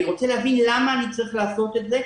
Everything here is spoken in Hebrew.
אני רוצה להבין למה אני צריך לעשות את זה,